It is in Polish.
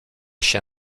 się